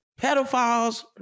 pedophiles